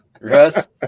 Russ